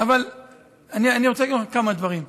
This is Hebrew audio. אבל אני רוצה להגיד לך כמה דברים.